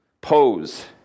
Pose